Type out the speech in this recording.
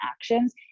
actions